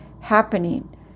happening